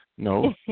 No